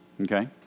Okay